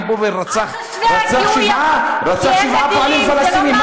עמי פופר רצח שבעה פועלים פלסטינים.